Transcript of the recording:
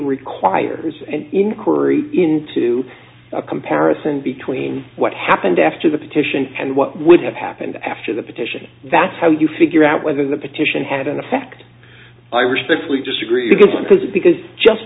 requires an inquiry into a comparison between what happened after the petition and what would have happened after the petition that's how you figure out whether the petition had an effect i respectfully disagree because one has because just